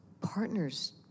partners